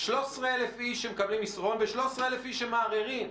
13 אלף איש שמקבלים מסרון, ו-13 אלף איש שמערערים.